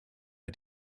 bei